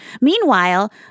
Meanwhile